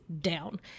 down